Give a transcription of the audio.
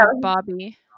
Bobby